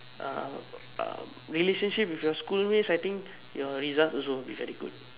a a relationship with your schoolmate I think your result will also be very good